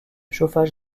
chauffage